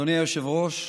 אדוני היושב-ראש,